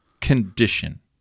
condition